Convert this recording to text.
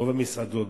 רוב המסעדות,